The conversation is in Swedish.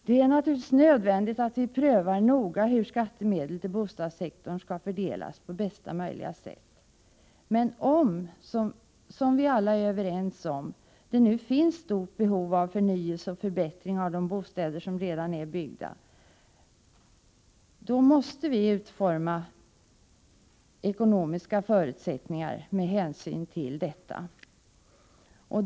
Det är naturligtvis nödvändigt att vi noga prövar hur skattemedel till bostadssektorn skall fördelas på bästa möjliga sätt. Om - som vi alla är överens om — det nu finns ett stort behov av förnyelse och förbättring av de bostäder som redan är byggda, då måste vi utforma ekonomiska förutsättningar med hänsyn till detta.